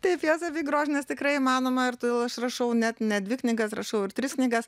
taip jos abi grožinės tikrai įmanoma ir todėl aš rašau net ne dvi knygas rašau ir tris knygas